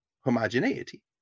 homogeneity